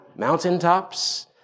Mountaintops